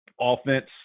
offense